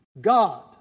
God